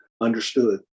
understood